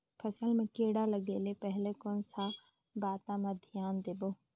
फसल मां किड़ा लगे ले पहले कोन सा बाता मां धियान देबो?